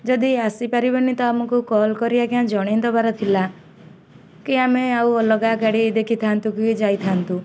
ଯଦି ଆସିପାରିବେନି ତ ଆମକୁ କଲ୍ କରି ଆଜ୍ଞା ଜଣେଇ ଦବାର ଥିଲା କି ଆମେ ଆଉ ଅଲଗା ଗାଡ଼ି ଦେଖିଥାନ୍ତୁ କି ଯାଇଥାନ୍ତୁ